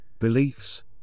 beliefs